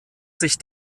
sich